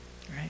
right